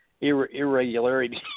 irregularities